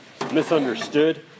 misunderstood